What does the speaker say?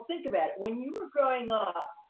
think about it. when you were growing up,